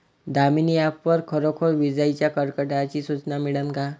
Damini app वर खरोखर विजाइच्या कडकडाटाची सूचना मिळन का?